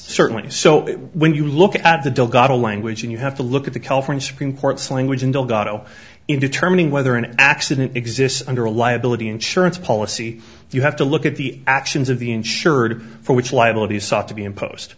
certainly so when you look at the deal got a language and you have to look at the california supreme court's language and delgado in determining whether an accident exists under a liability insurance policy you have to look at the actions of the insured for which liability is sought to be impos